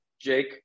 Jake